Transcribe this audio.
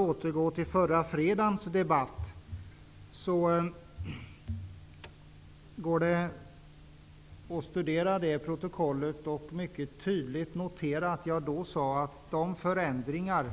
Det går att studera protokollet från förra fredagens debatt. Man kan där mycket tydligt notera att jag då sade att de förändringar